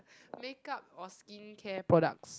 makeup or skincare products